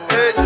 Hey